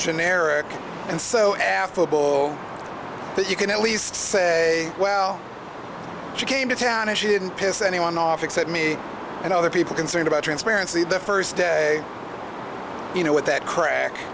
generic and so affable that you can at least say well she came to town and she didn't piss anyone off except me and all the people concerned about transparency the first day you know what that crack